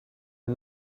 are